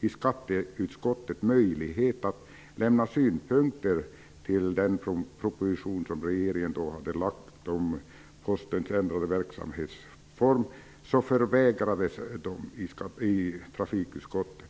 i skatteutskottet möjlighet att lämna synpunkter på den proposition som regeringen då lagt fram om Postens ändrade verksamhetsform förvägrade trafikutskottet oss denna möjlighet.